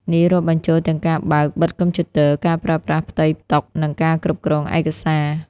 នេះរាប់បញ្ចូលទាំងការបើក-បិទកុំព្យូទ័រ ការប្រើប្រាស់ផ្ទៃតុ និងការគ្រប់គ្រងឯកសារ។